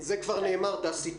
זה כבר נאמר, דסי.